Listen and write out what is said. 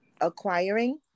acquiring